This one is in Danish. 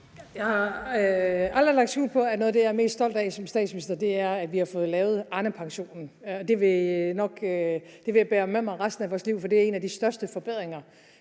Jeg har aldrig lagt skjul på, at noget af det, jeg er mest stolt af som statsminister, er, at vi har fået lavet Arnepensionen, og det vil jeg bære med mig resten af livet, for det er en af de største forbedringer